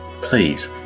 Please